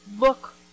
look